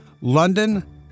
London